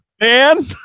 man